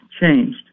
changed